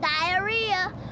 diarrhea